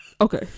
Okay